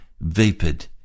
vapid